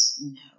No